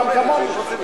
כמוני,